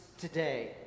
today